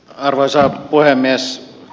arvoisa puhemies